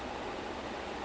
ah okay